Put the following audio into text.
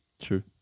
True